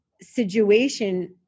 situation